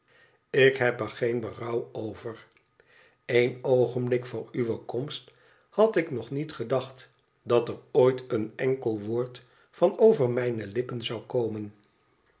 ik heb er geen berouw over een oogenblik vr uwe komst had ik nog niet gedacht dat er ooit een enkel woord van over mijne lippen zou komen